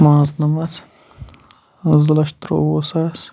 پانٛژھ نَمَتھ زٕ لَچھ ترٛوٚوُہ ساس